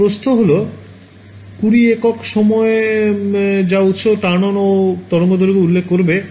এর প্রস্থ হল ২০ একক সময় যা উৎসের turn on ও তরঙ্গ দৈর্ঘ্য উল্লেখ করবে